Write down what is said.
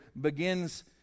begins